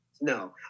No